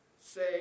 say